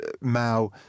Mao